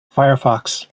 firefox